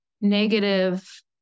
negative